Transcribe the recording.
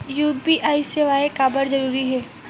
UPI सेवाएं काबर जरूरी हे?